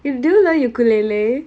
do you learn ukulele